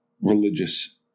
religious